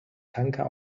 tanker